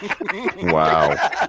Wow